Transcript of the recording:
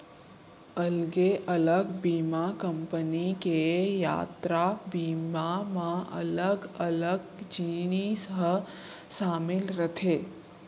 अलगे अलग बीमा कंपनी के यातरा बीमा म अलग अलग जिनिस ह सामिल रथे